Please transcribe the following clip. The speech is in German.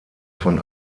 von